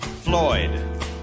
Floyd